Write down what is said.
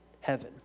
heaven